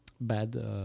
bad